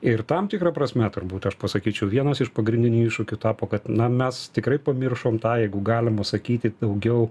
ir tam tikra prasme turbūt aš pasakyčiau vienas iš pagrindinių iššūkių tapo kad na mes tikrai pamiršom tą jeigu galima sakyti daugiau